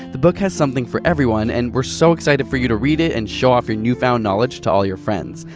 the book has something for everyone, and we're so excited for you to read it and show off to your new found knowledge to all your friends!